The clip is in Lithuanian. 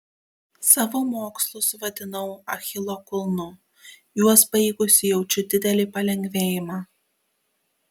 savo mokslus vadinau achilo kulnu juos baigusi jaučiu didelį palengvėjimą